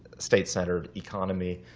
state-centered economy.